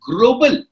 Global